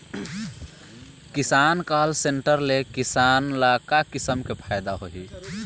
किसान call centre ले किसान ल का किसम के फायदा होही?